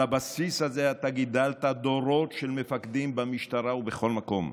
על הבסיס הזה אתה גידלת דורות של מפקדים במשטרה ובכל מקום.